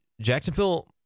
Jacksonville